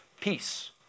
peace